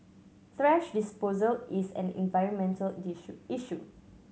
thrash disposal is an environmental issue